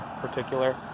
particular